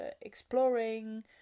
exploring